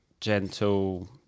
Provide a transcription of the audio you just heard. gentle